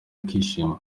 akishima